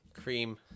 Cream